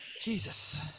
Jesus